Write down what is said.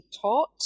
taught